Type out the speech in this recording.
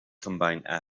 combine